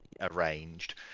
arranged